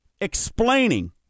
explaining